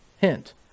Hint